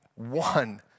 one